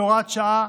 בהוראת שעה,